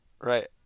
right